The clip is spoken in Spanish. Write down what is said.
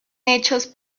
hechos